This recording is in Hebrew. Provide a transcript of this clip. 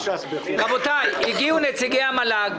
רבותי, הגיעו נציגי המל"ג.